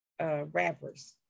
rappers